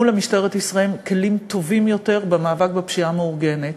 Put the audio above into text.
למשטרת ישראל כלים טובים יותר במאבק בפשיעה המאורגנת.